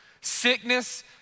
Sickness